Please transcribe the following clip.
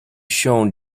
shown